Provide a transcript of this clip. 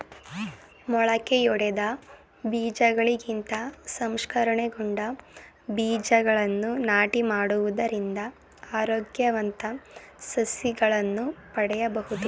ಮೊಳಕೆಯೊಡೆದ ಬೀಜಗಳಿಗಿಂತ ಸಂಸ್ಕರಣೆಗೊಂಡ ಬೀಜಗಳನ್ನು ನಾಟಿ ಮಾಡುವುದರಿಂದ ಆರೋಗ್ಯವಂತ ಸಸಿಗಳನ್ನು ಪಡೆಯಬೋದು